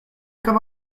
come